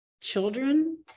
children